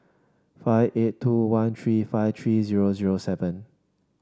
five eight two one three five three zero zero seven